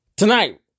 Tonight